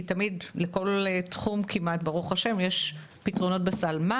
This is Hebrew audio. כי תמיד לכל תחום כמעט יש פתרונות בסל ומה